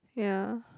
ya